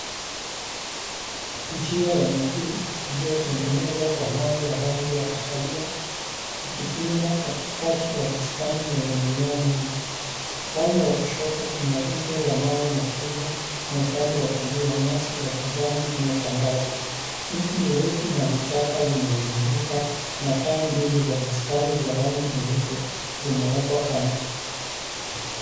Njia ya miguu iliotengenezwa kwa mawe ya rangi ya kahawia ikipinda katikati ya bustani yenye mimea mingi. Upande wa kushoto kuna rundo la mawe makubwa na upande wa kulia, nyasi za kijani zimetandazwa. Miti mirefu na vichaka vimezunguka na taa mbili za bustani za rangi nyeupe zimewekwa kando.